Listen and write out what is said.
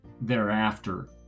thereafter